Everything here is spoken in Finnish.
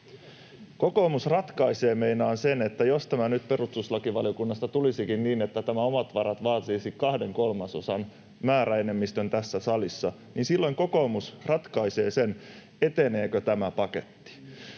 Kokoomus ratkaisee meinaan sen, että jos tämä nyt perustuslakivaliokunnasta tulisikin niin, että tämä omat varat vaatisi kahden kolmasosan määräenemmistön tässä salissa, niin silloin kokoomus ratkaisee sen, eteneekö tämä paketti.